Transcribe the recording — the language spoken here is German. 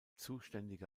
zuständige